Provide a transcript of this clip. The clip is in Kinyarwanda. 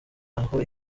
aho